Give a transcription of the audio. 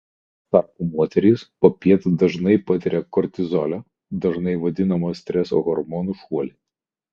tuo tarpu moterys popiet dažnai patiria kortizolio dažnai vadinamo streso hormonu šuolį